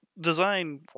Design